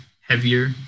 heavier